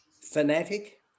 fanatic